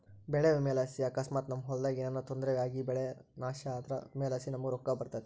ಬೆಳೆ ವಿಮೆಲಾಸಿ ಅಕಸ್ಮಾತ್ ನಮ್ ಹೊಲದಾಗ ಏನನ ತೊಂದ್ರೆ ಆಗಿಬೆಳೆ ನಾಶ ಆದ್ರ ವಿಮೆಲಾಸಿ ನಮುಗ್ ರೊಕ್ಕ ಬರ್ತತೆ